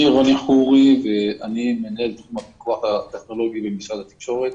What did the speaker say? אני מנהל תחום הפיקוח הטכנולוגי במשרד התקשורת.